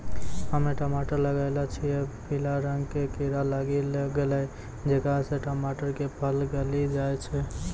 हम्मे टमाटर लगैलो छियै पीला रंग के कीड़ा लागी गैलै जेकरा से टमाटर के फल गली जाय छै?